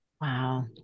Wow